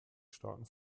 staaten